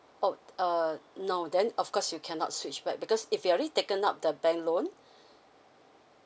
oh uh no then of course you cannot switch back because if you already taken up the bank loan